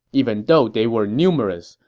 even though they were numerous,